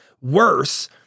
worse